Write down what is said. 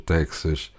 Texas